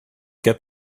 get